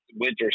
winter